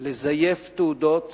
לזייף תעודות